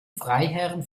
freiherren